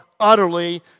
utterly